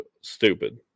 stupid